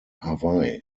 hawaii